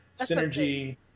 synergy